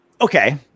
okay